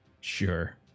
sure